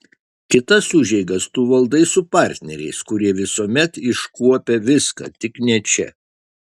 kitas užeigas tu valdai su partneriais kurie visuomet iškuopia viską tik čia ne